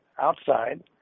outside